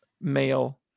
male